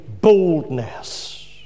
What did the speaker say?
boldness